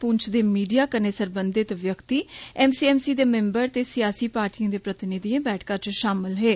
पुंछ दे मीडिया कन्नै सरबंधत व्यक्ति एम सी एम सी दे मैम्बर ते सियासी पार्टीएं दे प्रतिनिधियें बैठका च षामल हे